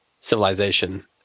civilization